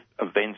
events